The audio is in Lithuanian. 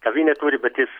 kavinę turi bet jis